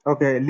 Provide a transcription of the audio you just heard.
Okay